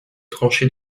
trancher